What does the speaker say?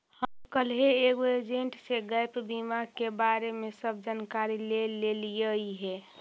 हम कलहे एगो एजेंट से गैप बीमा के बारे में सब जानकारी ले लेलीअई हे